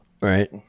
right